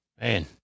Man